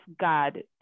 God